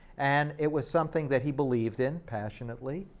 and it was something that he believed in passionately.